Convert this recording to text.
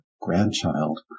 grandchild